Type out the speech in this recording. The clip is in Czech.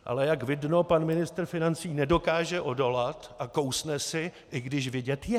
Ale jak vidno, pan ministr financí nedokáže odolat a kousne si, i když vidět je.